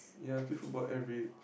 ya play football every